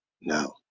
No